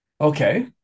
Okay